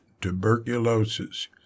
tuberculosis